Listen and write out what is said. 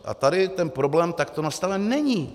A tady ten problém takto nastaven není.